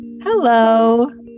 Hello